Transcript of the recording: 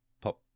pop